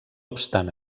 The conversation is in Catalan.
obstant